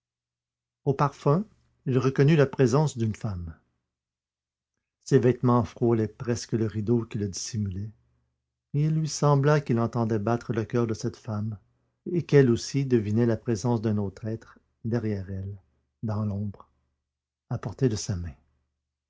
au parfum il reconnut la présence d'une femme ses vêtements frôlaient presque le rideau qui le dissimulait et il lui sembla qu'il entendait battre le coeur de cette femme et qu'elle aussi devinait la présence d'un autre être derrière elle dans l'ombre à portée de sa main